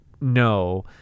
no